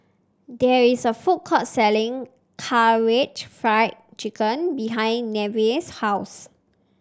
there is a food court selling Karaage Fried Chicken behind Neveah's house